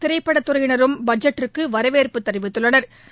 திரைப்படத்துறையினரும் பட்ஜெட்டிற்கு வரவேற்பு தெரிவித்துள்ளனா்